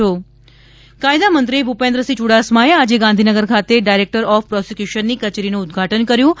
ભુપેન્દ્ર ચુડાસમા કાયદા મંત્રી ભુપેન્દ્રસિંહ યુડાસમાએ આજે ગાંધીનગર ખાતે ડાયરેક્ટર ઓફ પ્રોસિક્યુશનની કચેરીનું ઉદ્દઘાટન કર્યુ હતું